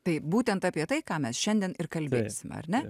taip būtent apie tai ką mes šiandien ir kalbėsime ar ne